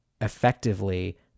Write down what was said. effectively